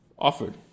Offered